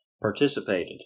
participated